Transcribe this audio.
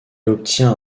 obtient